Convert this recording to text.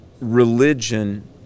religion